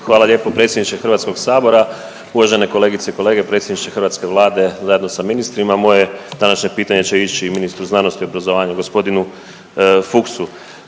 Hvala lijepo predsjedniče HS, uvažene kolegice i kolege i predsjedniče hrvatske Vlade zajedno sa ministrima. Moje današnje pitanje će ići ministru znanosti i obrazovanja g. Fuchsu.